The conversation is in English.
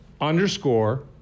underscore